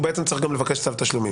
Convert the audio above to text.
הוא בעצם צריך גם לבקש צו תשלומים.